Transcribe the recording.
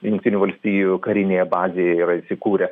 jungtinių valstijų karinėje bazėje yra įsikūrę